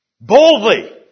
Boldly